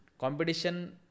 Competition